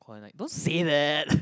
don't say that